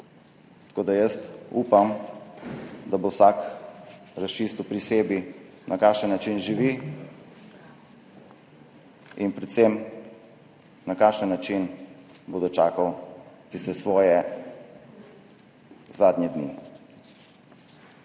slog. Upam, da bo vsak razčistil pri sebi, na kakšen način živi in predvsem na kakšen način bo dočakal tiste svoje zadnje dni.